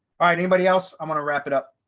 alright, anybody else? i'm gonna wrap it up.